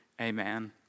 Amen